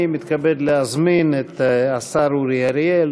אני מתכבד להזמין את השר אורי אריאל